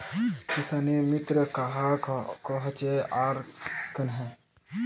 किसानेर मित्र कहाक कोहचे आर कन्हे?